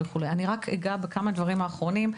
אני רק איגע בכמה דברים אחרונים.